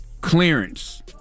clearance